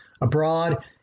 abroad